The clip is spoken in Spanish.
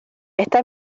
esta